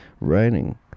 writing